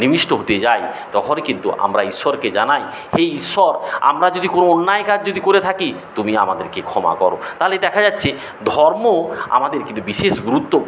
নিবিষ্ট হতে যাই তখনই কিন্তু আমরা ঈশ্বরকে জানাই হে ঈশ্বর আমরা যদি কোনো অন্যায় কাজ যদি করে থাকি তুমি আমাদেরকে ক্ষমা করো তাহলে দেখা যাচ্ছে ধর্ম আমাদের কিন্তু বিশেষ গুরুত্ব